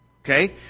okay